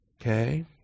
okay